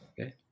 Okay